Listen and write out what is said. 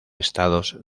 estados